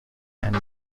and